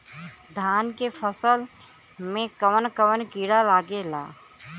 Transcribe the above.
धान के फसल मे कवन कवन कीड़ा लागेला?